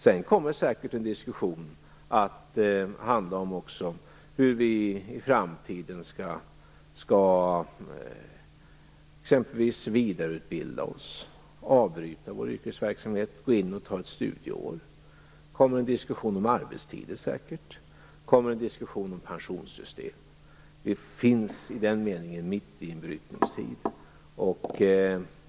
Sedan kommer säkert en diskussion om hur vi i framtiden skall t.ex. vidareutbilda oss, avbryta vår yrkesverksamhet för ett studieår. Det kommer säkert en diskussion om arbetstider och om pensionssystem. I den meningen befinner vi oss mitt i en brytningstid.